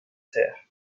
terre